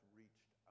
reached